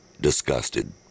disgusted